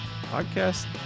podcast